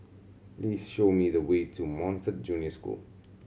please show me the way to Montfort Junior School